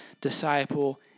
disciple